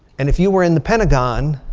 and if you were in the pentagon.